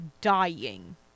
dying